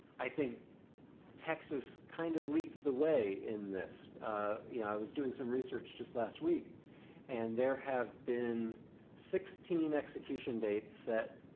i think texas kind of leads the way in this. you know, i was doing some research just last week and there have have been sixteen execution dates set